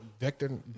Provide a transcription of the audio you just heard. vector